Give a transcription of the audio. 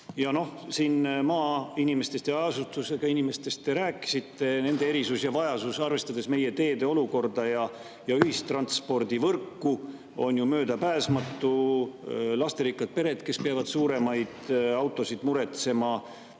ja hajaasustuses [elavatest] inimestest te rääkisite, nende erisus ja vajadus, arvestades meie teede olukorda ja ühistranspordivõrku, on ju möödapääsmatu. Lasterikkad pered, kes peavad suuremaid autosid muretsema.